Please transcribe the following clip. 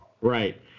Right